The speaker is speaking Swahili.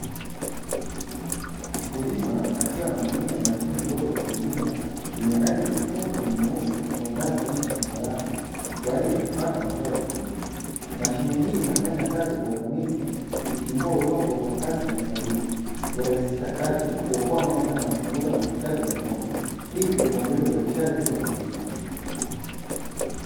Mkulima akiwa anatumia mashine ndogo ya kulimia yenye rangi nyekundu na nyeusi kuandaa sehemu ya shamba lake kwaajili ya kupanda mazao tofauti, mashine hii inafanya kazi kwa ufanisi ikichimbua udongo wa kasi na usahihi. Hurahisisha kazi, huokoa mda na kupunguza nguvu kazi ya mikono hivyo kuongeza uzalishaji wa kilimo.